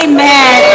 Amen